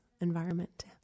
environment